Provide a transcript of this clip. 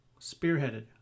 spearheaded